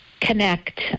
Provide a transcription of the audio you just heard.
connect